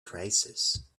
crisis